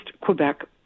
quebec